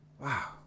wow